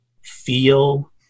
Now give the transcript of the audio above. feel